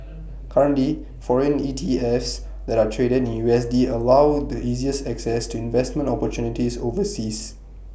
currently foreign ETFs that are traded in U S D allow the easiest access to investment opportunities overseas